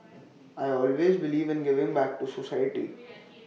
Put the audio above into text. I always believe in giving back to society